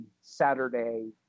Saturday